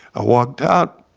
i walked out,